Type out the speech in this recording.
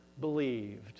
believed